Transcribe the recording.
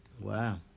Wow